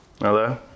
Hello